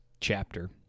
chapter